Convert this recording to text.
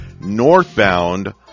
northbound